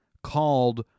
called